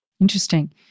Interesting